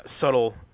subtle